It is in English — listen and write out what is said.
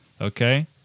okay